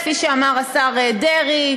כפי שאמר השר דרעי,